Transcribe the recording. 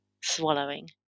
swallowing